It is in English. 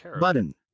button